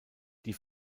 die